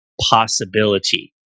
possibility